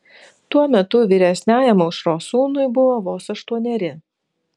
tuo metu vyresniajam aušros sūnui buvo vos aštuoneri